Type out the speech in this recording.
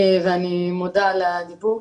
ואני מודה על הדיבור.